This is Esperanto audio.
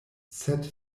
sed